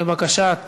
לבקשת